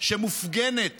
שמופגנת